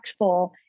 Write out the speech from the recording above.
impactful